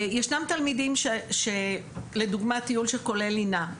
ישנם תלמידים שלדוגמה טיול שכולל לינה,